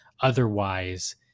Otherwise